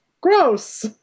gross